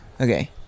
Okay